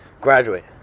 graduate